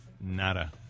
Nada